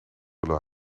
willen